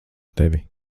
tevi